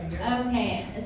Okay